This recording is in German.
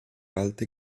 alte